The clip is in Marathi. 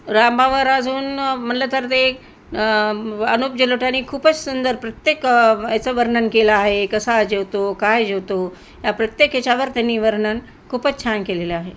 अजून म्हणलं तर ते अनुप जलोटानी खूपच सुंदर प्रत्येक याचं वर्णन केलं आहे कसा जेवतो काय जेवतो या प्रत्येक ह्याच्यावर त्यांनी वर्णन खूपच छान केलेलं आहे